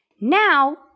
Now